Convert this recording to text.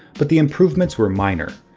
but the improvements were minor.